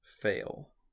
Fail